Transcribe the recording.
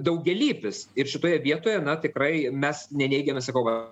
daugialypis ir šitoje vietoje na tikrai mes neneigiame sakau va